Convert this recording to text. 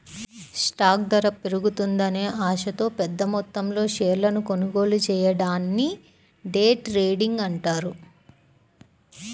stock ధర పెరుగుతుందనే ఆశతో పెద్దమొత్తంలో షేర్లను కొనుగోలు చెయ్యడాన్ని డే ట్రేడింగ్ అంటారు